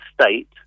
state